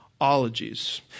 ologies